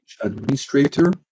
administrator